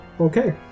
Okay